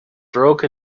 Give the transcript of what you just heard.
broke